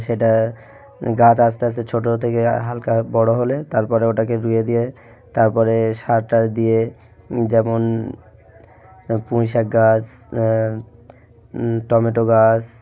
সেটা গাছ আস্তে আস্তে ছোটো থেকে হালকা বড় হলে তার পরে ওটাকে রুইয়ে দিয়ে তার পরে সার টার দিয়ে যেমন পুঁই শাক গাছ টমেটো গাছ